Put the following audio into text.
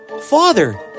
Father